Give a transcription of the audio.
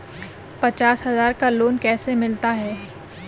पचास हज़ार का लोन कैसे मिलता है?